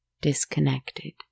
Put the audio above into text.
disconnected